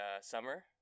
Summer